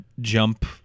jump